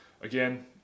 again